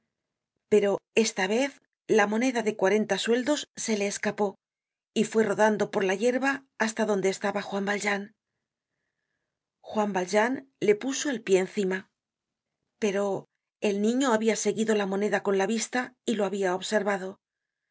pero esta vez la moneda de cuarenta sueldos se le escapó y fué rodando por la yerba hasta donde estaba juan valjean juan valjean le puso el pie encima pero el niño habia seguido la moneda con la vista y lo habia observado no